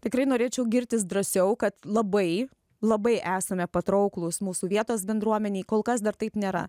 tikrai norėčiau girtis drąsiau kad labai labai esame patrauklūs mūsų vietos bendruomenei kol kas dar taip nėra